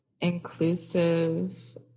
inclusive